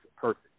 perfect